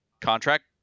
Contract